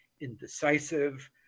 indecisive